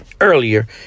earlier